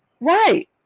Right